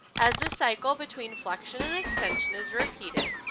as the cycle between flexion and extension is repeated,